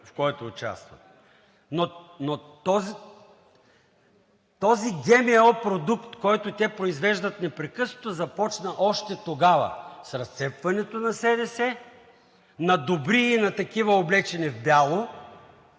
в който участва. Но този ГМО продукт, който те произвеждат непрекъснато, започна още тогава с разцепването на СДС на добри, на такива, облечени в бяло,